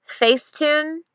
Facetune